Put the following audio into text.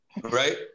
Right